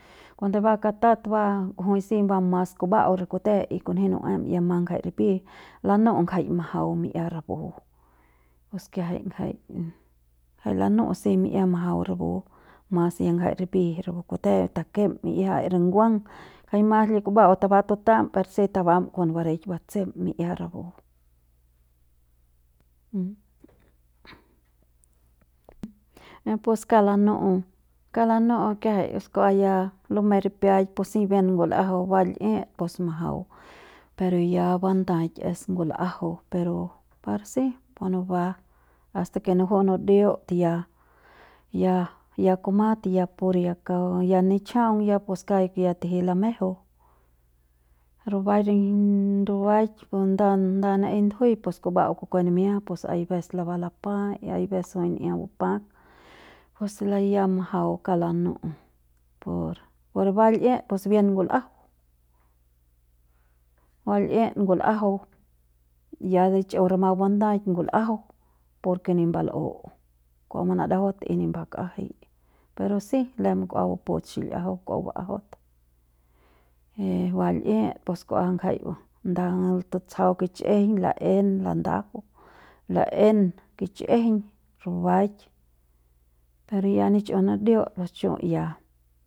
Cuando ba katat ba jui si ba mas ngumba'au re kute y kunji nu'uem ya ma ngjai ripi lanu'u ngjai majau mi'ia rapu pus kiajai jai jai lanu'u si mi'ia majau rapu mas ya jai ripi re kute takem mi'ia y re nguang jai ma li kumba'au tubam tuta'am per si tabam kon bareik tatsem mi'ia rapu. y pus kauk lanu'u kauk lanu'u kiajai pues kua ya lumei ripiaik pus si bien ngul'ajau ba l'it pus majau per ya bandaaik ya es ngul'ajau pero par si munuba hasta ke nuju'u nudeut ya, ya, ya kumat ya pur ya kauk ya nichjau pus ya kauk ya tiji lamejeu rubaik rubaik nda nda naei ndujuiñ pus kumba'au kukue nimia pus aives laba lapa y aives jui n'ia bupak pus ya majau kauk lanu'u por per ba l'it pus bien ngul'ajau, ba l'it ngul'ajau ya lichu ramat bandaik ngul'ajau por ke ni mbal'u kua manadajatu y ni mbakjai pero si lem kua buput xil'iajau kua bajaut y ba l'it pus kua ngjai nda tutsjau kich'ijiñ laen landajau laen kich'ijiñ rubaik per ya nichu' nudeut pus chu' ya.